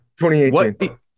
2018